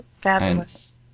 fabulous